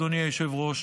אדוני היושב-ראש,